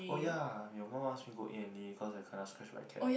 oh yeah your mum ask me go A and E cause I kena scratch by cat